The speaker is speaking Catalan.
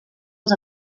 els